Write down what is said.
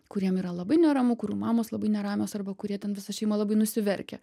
kuriem yra labai neramu kurių mamos labai neramios arba kurie ten visa šeima labai nusiverkę